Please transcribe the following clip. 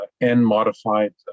N-modified